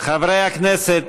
חברי הכנסת,